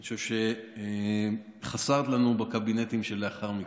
אני חושב שחסרת לנו בקבינטים שלאחר מכן.